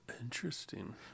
Interesting